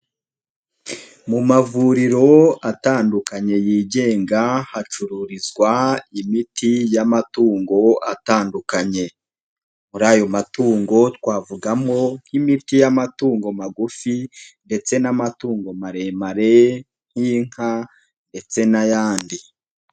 Mu mavuriro atandukanye yigenga hacururizwa imiti y'amatungo atandukanye, muri ayo matungo twavugamo nk'imiti y'amatungo magufi ndetse n'amatungo maremare nk'inka ndetse n'ayandi.